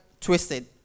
twisted